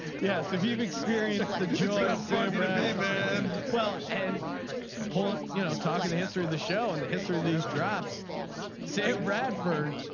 yeah. if you've experienced the same bad well and put a you know talk in the history of the show and the history these drops sam bradford.